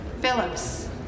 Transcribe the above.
Phillips